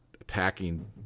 attacking